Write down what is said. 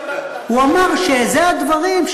הוא אמר שאלה הדברים,